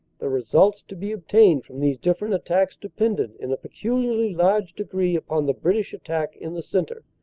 the results to be obtained from these different attacks de pended in a peculiarly large degree upon the british attack in the centre.